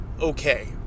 okay